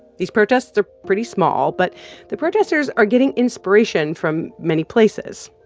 these protests are pretty small, but the protesters are getting inspiration from many places.